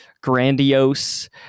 grandiose